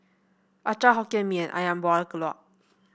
acar Hokkien Mee and ayam Buah Keluak